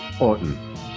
Orton